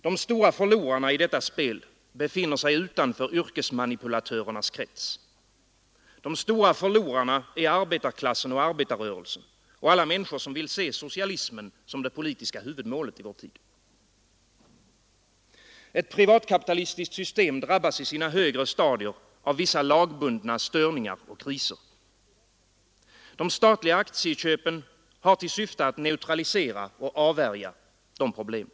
De stora förlorarna i detta spel befinner sig utanför yrkesmanipulatörernas krets. De stora förlorarna är arbetarklassen och arbetarrörelsen, alla människor som vill se socialismen som det politiska huvud målet i vår tid. Ett privatkapitalistiskt system drabbas i sina högre stadier av vissa Nr 89 lagbundna störningar och kriser. De statliga aktieköpen har till syfte att Måndagen den neutralisera och avvärja dessa problem.